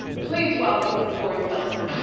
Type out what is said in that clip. please welcome corey feldman.